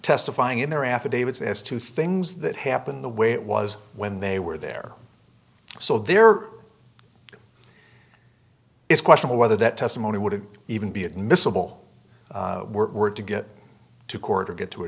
testifying in their affidavits as to things that happened the way it was when they were there so there were it's questionable whether that testimony would even be admissible were to get to court or get to a